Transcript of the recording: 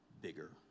bigger